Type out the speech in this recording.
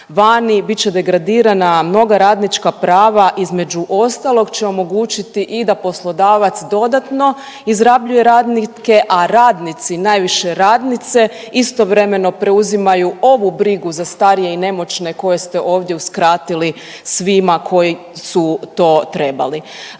vani bit će degradirana mnoga radnička prava, između ostalog će omogućiti i da poslodavac dodatno izrabljuje radnike, a radnici, najviše radnice istovremeno preuzimaju ovu brigu za starije i nemoćne koje ste ovdje uskratili svima koji su to trebali.